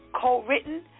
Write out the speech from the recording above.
co-written